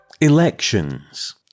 Elections